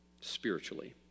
spiritually